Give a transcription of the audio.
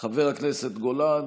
חברת הכנסת חיימוביץ',